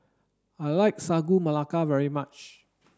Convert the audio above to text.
I like Sagu Melaka very much